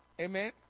Amen